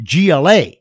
GLA